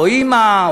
או אימא,